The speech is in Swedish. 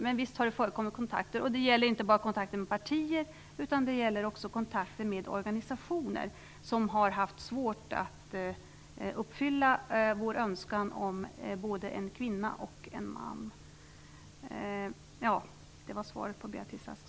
Men visst har det förekommit kontakter, och det gäller inte bara kontakter med partier utan det gäller också kontakter med organisationer som har haft svårt att uppfylla vår önskan om både en kvinna och en man.